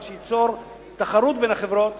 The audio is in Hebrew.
דבר שייצור תחרות בין החברות